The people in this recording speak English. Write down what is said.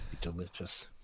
Delicious